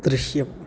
ദൃശ്യം